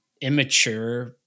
immature